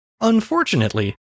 Unfortunately